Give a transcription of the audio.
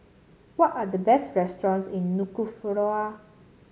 what are the best restaurants in Nuku'alofa